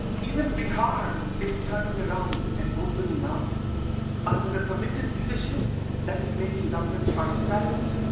even bihar is turning around and opening up under a committed leadership that is making government transparent,